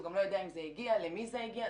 הוא גם לא יודע אם זה הגיע, למי זה הגיע.